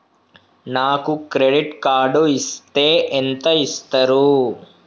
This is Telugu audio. నాకు క్రెడిట్ కార్డు ఇస్తే ఎంత ఇస్తరు?